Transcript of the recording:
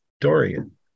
Dorian